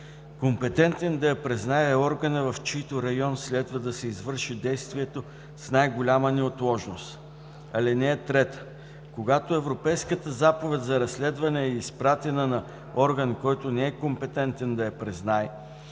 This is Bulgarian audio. компетентен да я признае е органът, в чийто район следва да се извърши действието с най-голяма неотложност. (3) Когато Европейската заповед за разследване е изпратена на орган, който не е компетентен да я признае,